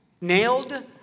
Nailed